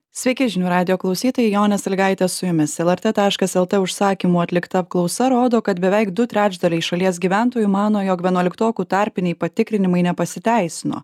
sveiki žinių radijo klausytojai jonė sąlygaitė su jumis lrt taškas lt užsakymu atlikta apklausa rodo kad beveik du trečdaliai šalies gyventojų mano jog vienuoliktokų tarpiniai patikrinimai nepasiteisino